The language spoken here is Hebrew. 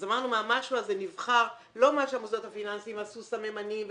אז אמרנו שמהמשהו הזה נבחר לא מה שהמוסדות הפיננסים עשו סממנים,